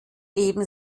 eben